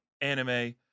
anime